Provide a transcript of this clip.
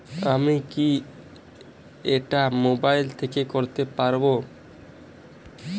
আমি কি এটা মোবাইল থেকে করতে পারবো?